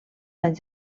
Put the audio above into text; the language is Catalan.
anys